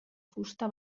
fusta